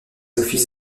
offices